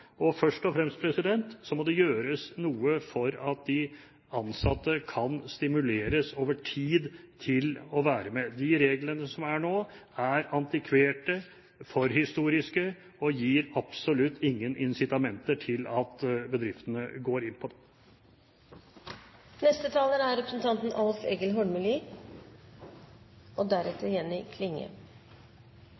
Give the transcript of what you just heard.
og først og fremst må det gjøres noe for at de ansatte over tid kan stimuleres til å være med. De reglene som er nå, er antikverte, forhistoriske og gir absolutt ingen incitamenter til at bedriftene går inn på det. Det er ei viktig sak som blir teken opp av forslagsstillarane. Små og